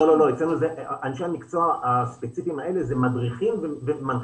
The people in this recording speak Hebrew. אנשי המקצוע הספציפיים האלה זה מדריכים ומנחים.